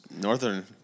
northern